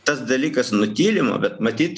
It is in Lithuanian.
tas dalykas nutylima bet matyt